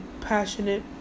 passionate